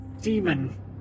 demon